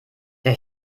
der